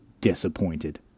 disappointed